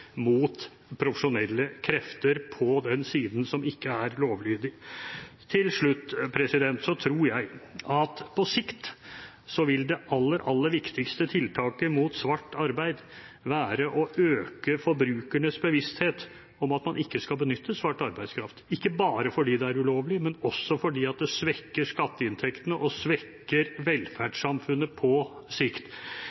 mot profesjonelle krefter på den siden som ikke er lovlydig. Til slutt: Jeg tror at på sikt vil det aller, aller viktigste tiltaket mot svart arbeid være å øke forbrukernes bevissthet om at man ikke skal benytte svart arbeidskraft – ikke bare fordi det er ulovlig, men også fordi det svekker skatteinntektene og svekker velferdssamfunnet på sikt.